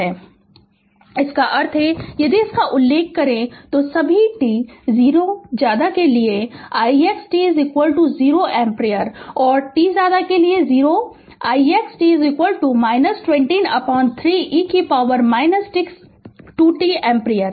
Refer Slide Time 2251 इसका अर्थ है यदि इसका उल्लेख करें तो सभी t 0 के लिए ix t 0 एम्पीयर और t 0 के ix t 203 e t 2 t ampere